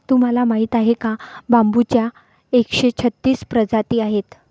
तुम्हाला माहीत आहे का बांबूच्या एकशे छत्तीस प्रजाती आहेत